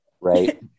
right